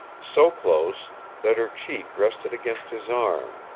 so close that her cheek rested against his arm,